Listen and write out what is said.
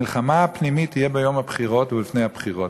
המלחמה הפנימית תהיה ביום הבחירות ולפני הבחירות.